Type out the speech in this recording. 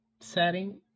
setting